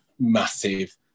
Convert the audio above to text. massive